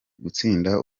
gutsinda